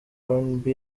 rnb